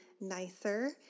nicer